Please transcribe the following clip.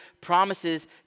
promises